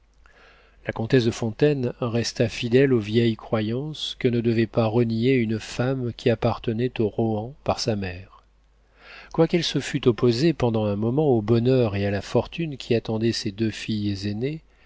la comtesse de fontaine resta fidèle aux vieilles croyances que ne devait pas renier une femme qui appartenait aux rohan par sa mère quoiqu'elle se fût opposée pendant un moment au bonheur et à la fortune qui attendaient ses deux filles